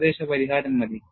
ഏകദേശ പരിഹാരം മതി